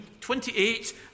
28